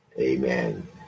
amen